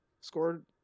scored